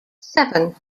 seven